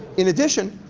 in addition,